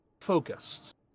focused